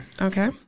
Okay